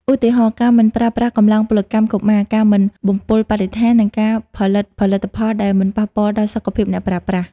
ឧទាហរណ៍ ការមិនប្រើប្រាស់កម្លាំងពលកម្មកុមារ ការមិនបំពុលបរិស្ថាន និងការផលិតផលិតផលដែលមិនប៉ះពាល់ដល់សុខភាពអ្នកប្រើប្រាស់។